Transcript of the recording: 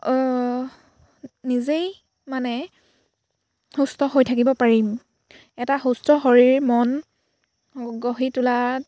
নিজেই মানে সুস্থ হৈ থাকিব পাৰিম এটা সুস্থ শৰীৰ মন গঢ়ি তোলাত